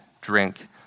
drink